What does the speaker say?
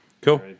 cool